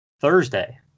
Thursday